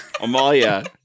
Amalia